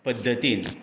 पद्धतीन